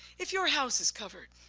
if your house is covered,